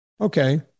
Okay